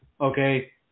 Okay